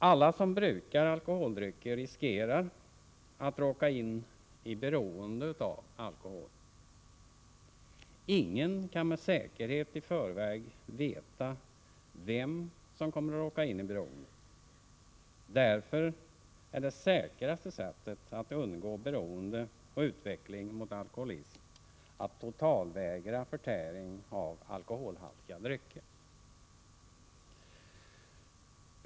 Alla som brukar alkoholdrycker riskerar att råka in i beroende av alkohol. Ingen kan med säkerhet i förväg veta vem som kommer att råka in i ett beroende, och därför är det säkraste sättet att undgå beroende och utveckling mot alkoholism att totalvägra förtäring av alkoholhaltiga drycker.